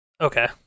Okay